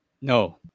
No